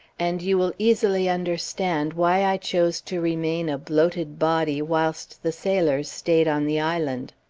and you will easily understand why i chose to remain a bloated body wlidlst the sailors stayed on the island.